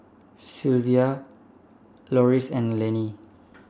Sylvia Loris and Laney